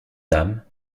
dame